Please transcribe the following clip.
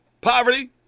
Poverty